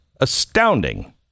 astounding